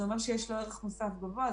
זה אומר שיש לו ערך מוסף גבוה,